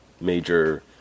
major